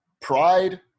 pride